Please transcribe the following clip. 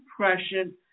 depression